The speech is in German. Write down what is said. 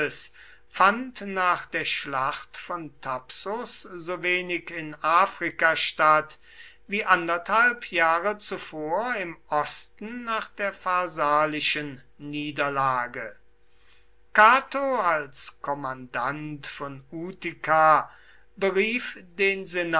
fand nach der schlacht von thapsus so wenig in afrika statt wie anderthalb jahre zuvor im osten nach der pharsalischen niederlage cato als kommandant von utica berief den